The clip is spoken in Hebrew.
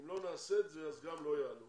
אם לא נעשה את זה אז גם לא יעלו